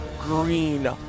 green